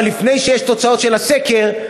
אבל לפני שיש תוצאות של הסקר,